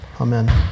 Amen